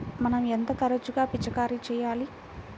మనం ఎంత తరచుగా పిచికారీ చేయాలి?